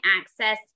access